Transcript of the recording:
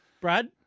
Brad